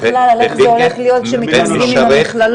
בכלל על איך זה הולך להיות כשמתמזגים עם המכללות.